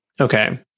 Okay